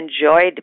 enjoyed